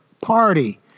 party